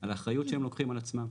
על האחריות שהם לוקחים על עצמם,